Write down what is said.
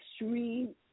extreme